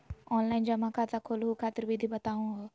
Online जमा खाता खोलहु खातिर विधि बताहु हो?